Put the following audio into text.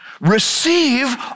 Receive